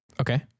Okay